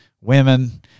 women